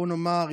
בואו נאמר,